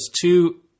two